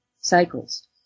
cycles